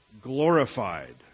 glorified